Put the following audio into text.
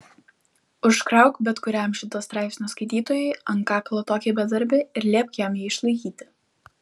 užkrauk bet kuriam šito straipsnio skaitytojui ant kaklo tokį bedarbį ir liepk jam jį išlaikyti